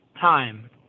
time